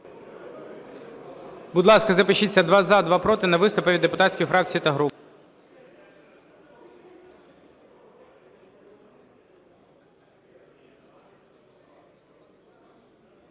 Будь ласка, запишіться: два – за, два – проти, на виступи від депутатських фракцій та груп.